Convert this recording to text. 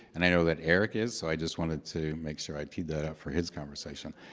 and i know that eric is, so i just wanted to make sure i keep that up for his conversation.